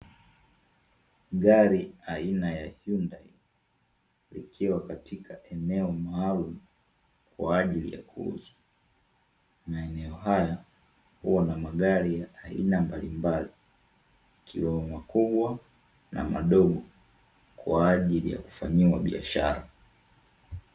Gari aina ya "HYUNDAI" likiwa katika eneo maalumu kwaajili ya kuuzwa. Maeneo haya huwa na magari ya aina mbalimbali ikiwemo makubwa, na madogo, kwaajili ya kufanyiwa biashara.